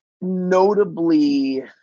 notably